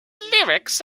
lyrics